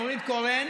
נורית קורן,